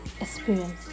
experience